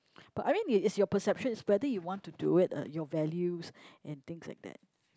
but I mean it it's your perception it's whether you want to do it uh your values and things like that